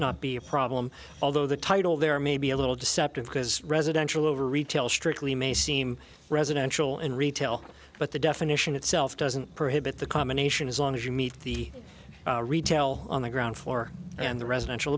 not be a problem although the title there may be a little deceptive because residential over retail strickly may seem residential and retail but the definition itself doesn't prohibit the combination as long as you meet the retail on the ground floor and the residential